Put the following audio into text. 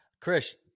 Chris